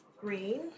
green